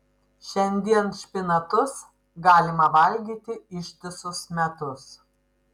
šiandien špinatus galima valgyti ištisus metus